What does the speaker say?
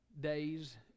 days